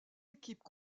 équipes